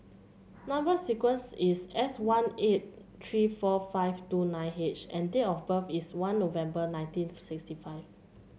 number sequence is S one eight three four five two nine H and date of birth is one November nineteen sixty five